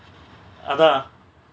அதா:atha